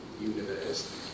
universe